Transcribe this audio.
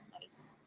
nice